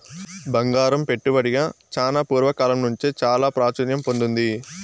బంగారం పెట్టుబడిగా చానా పూర్వ కాలం నుంచే చాలా ప్రాచుర్యం పొందింది